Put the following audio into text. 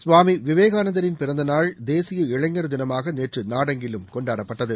சுவாமி விவேகானந்தரின் பிறந்த நாள் தேசிய இளைஞர் தினமாக நேற்று நாடெங்கிலும் கொண்டாடப்பட்டது